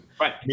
Right